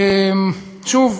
שוב,